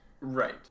Right